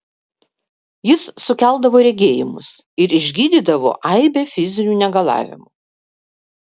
jis sukeldavo regėjimus ir išgydydavo aibę fizinių negalavimų